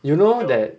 you know that